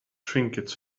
trinkets